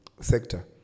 sector